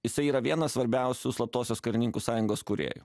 jisai yra vienas svarbiausių slaptosios karininkų sąjungos kūrėjų